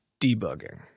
debugging